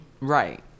Right